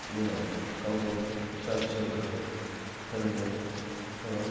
इउनाव गाव गावनि फिसा फिसौफोरखौ फोरोंनो गोबां